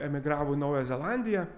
emigravo į naują zelandiją